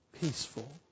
peaceful